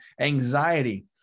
anxiety